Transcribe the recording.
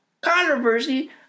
Controversy